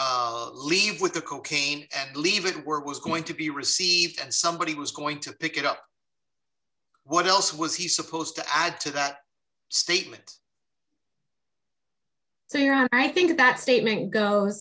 leave with the cocaine and leave it where it was going to be received and somebody was going to pick it up what else was he supposed to add to that statement so yeah i think that statement go